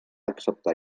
acceptar